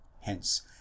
Hence